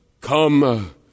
come